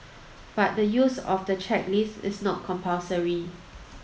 but the use of the checklist is not compulsory